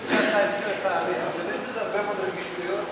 אבל יש בזה הרבה מאוד רגישויות.